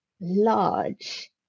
large